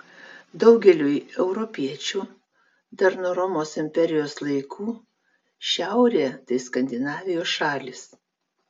daugeliui europiečių dar nuo romos imperijos laikų šiaurė tai skandinavijos šalys